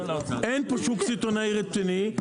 אין פה שוק סיטונאי רציני,